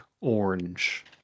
orange